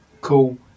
Cool